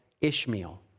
Ishmael